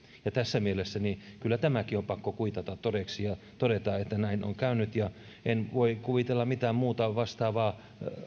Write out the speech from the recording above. tässä mielessä kyllä tämäkin on pakko kuitata todeksi ja todeta että näin on käynyt en voi kuvitella mitään muuta vastaavaa